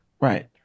Right